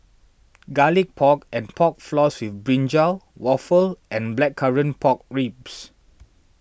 Garlic Pork and Pork Floss with Brinjal Waffle and Blackcurrant Pork Ribs